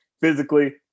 physically